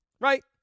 right